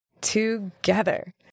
together